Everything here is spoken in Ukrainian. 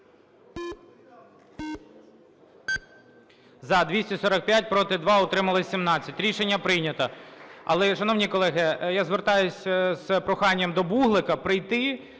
За-345 Проти – 2, утримались – 17. Рішення прийнято. Але, шановні колеги, я звертаюсь з проханням до Буглика прийти